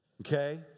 Okay